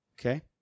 Okay